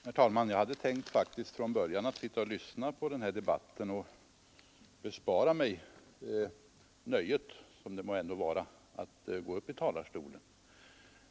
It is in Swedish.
Herr talman! Jag hade faktiskt från början tänkt sitta och lyssna på den här debatten och avstå från att gå upp i talarstolen.